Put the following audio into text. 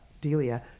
Delia